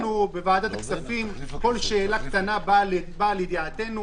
אנחנו בוועדת הכספים, כל שאלה קטנה באה לידיעתנו.